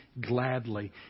gladly